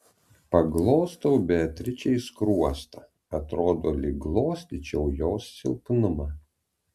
paglostau beatričei skruostą atrodo lyg glostyčiau jos silpnumą